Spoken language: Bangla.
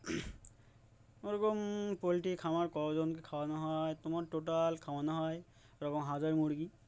ওরকম পোলট্রি খওয়ার কজনকে খাওয়ানো হয় তোমার টোটাল খাওয়ানো হয় ওরকম হাজার মুরগি